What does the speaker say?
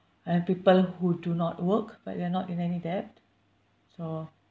and people who do not work but they're not in any debt so